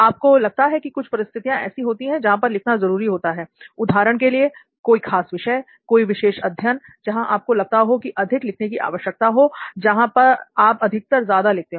आपको लगता है की कुछ परिस्थितियां ऐसी होती हैं जहां पर लिखना जरूरी होता है उदाहरण के लिए कोई खास विषय कोई विशेष अध्ययन जहां आपको लगता हो कि अधिक लिखने की आवश्यकता हो जहां आप अधिकतर ज्यादा लिखते हो